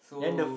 so